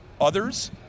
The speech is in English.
others